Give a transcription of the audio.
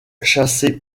chassé